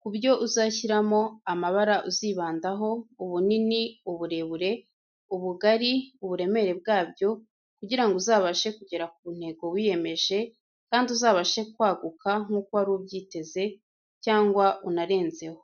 ku byo uzashyiramo, amabara uzibandaho, ubunini, uburebure, ubugari, uburemere bwabyo, kugira ngo uzabashe kugera ku ntego wiyemeje kandi uzabashe kwaguka nk'uko wari ubyiteze cyangwa unarenzeho.